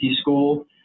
school